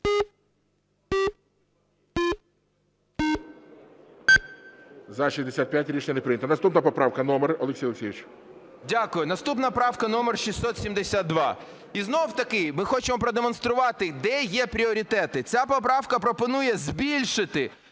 За-65 Рішення не прийнято. Наступна поправка, номер, Олексій Олексійович? 10:13:58 ГОНЧАРЕНКО О.О. Дякую. Наступна правка номер 672. І знову-таки ми хочемо продемонструвати, де є пріоритети. Ця поправка пропонує збільшити